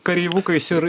kareivukais ir